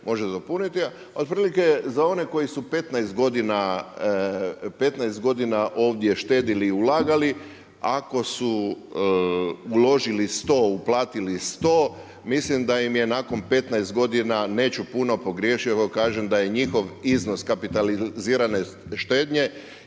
može dopuniti. A otprilike za one koji su 15 godina ovdje štedjeli i ulagali ako su uložili 100, uplatili 100, mislim da im je nakon 15 godina, neću puno pogriješiti ako kažem da je njihov iznos kapitalizirane štednje